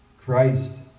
Christ